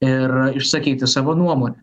ir išsakyti savo nuomonę